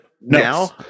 now